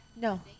No